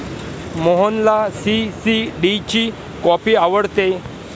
मोहनला सी.सी.डी ची कॉफी आवडते